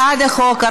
בעד החוק,